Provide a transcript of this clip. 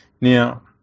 Now